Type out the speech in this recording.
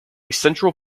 central